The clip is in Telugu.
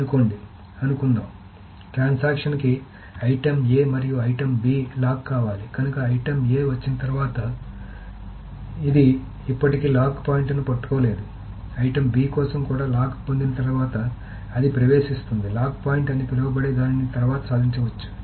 అనుకోండి అనుకుందాం ట్రాన్సాక్షన్ కి ఐటెమ్ A మరియు ఐటెమ్ B లాక్ కావాలి కనుక ఐటమ్ A వచ్చిన తర్వాత అది ఇప్పటికీ లాక్ పాయింట్ ను పట్టుకోలేదు ఐటెమ్ B కోసం లాక్ కూడా పొందిన తర్వాత అది ప్రవేశిస్తుంది లాక్ పాయింట్ అని పిలవబడే దానిని తర్వాత సాధించవచ్చు